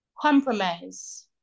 compromise